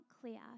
clear